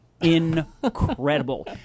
Incredible